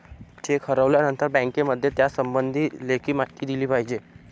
check हरवल्यानंतर बँकेमध्ये त्यासंबंधी लेखी माहिती दिली पाहिजे